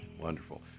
Wonderful